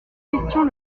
question